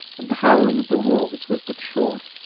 and the howling of the wolves was but short.